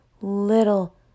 little